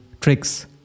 tricks